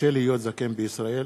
קשה להיות זקן בישראל,